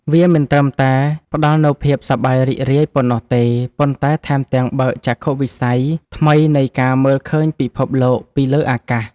វាមិនត្រឹមតែផ្ដល់នូវភាពសប្បាយរីករាយប៉ុណ្ណោះទេ ប៉ុន្តែថែមទាំងបើកចក្ខុវិស័យថ្មីនៃការមើលឃើញពិភពលោកពីលើអាកាស។